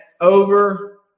over